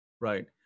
Right